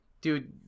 dude